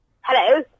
Hello